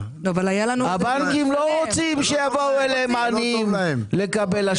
הבנקים לא רוצים שיבואו אליהם עניים לקבל אשראי.